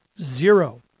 zero